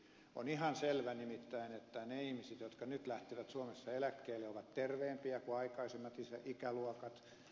on ihan selvä nimittäin että ne ihmiset jotka nyt lähtevät suomessa eläkkeelle ovat terveempiä kuin aikaisemmat ikäluokat